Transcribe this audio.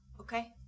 Okay